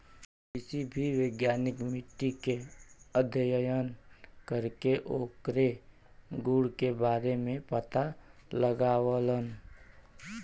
कृषि वैज्ञानिक मट्टी के अध्ययन करके ओकरे गुण के बारे में पता लगावलन